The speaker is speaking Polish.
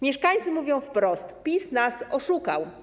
Mieszkańcy mówią wprost: PiS nas oszukał.